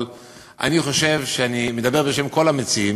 אבל אני חושב שאני מדבר בשם כל המציעים,